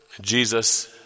Jesus